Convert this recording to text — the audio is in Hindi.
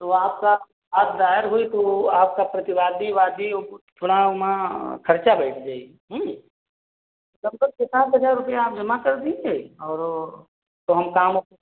तो आपका आज दायर हुई तो आपका प्रतिवादी वादी थोड़ा ओमा खर्चा बईठ जई लभसम छः सात हजार रुपिया आप जमा कर दीजिए और ओ तो हम काम ओके